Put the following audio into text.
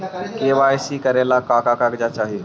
KYC करे ला का का कागजात चाही?